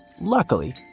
Luckily